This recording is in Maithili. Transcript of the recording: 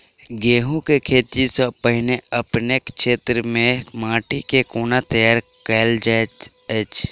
गेंहूँ केँ खेती सँ पहिने अपनेक केँ क्षेत्र मे माटि केँ कोना तैयार काल जाइत अछि?